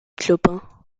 clopin